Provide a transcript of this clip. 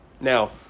Now